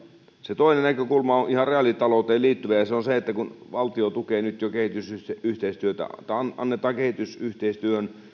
se toinen näkökulma on ihan reaalitalouteen liittyvä ja se on se että kun valtio tukee nyt jo kehitysyhteistyötä antamalla kehitysyhteistyöhön